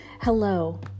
hello